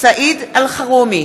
סעיד אלחרומי,